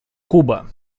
куба